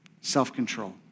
self-control